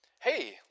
Hey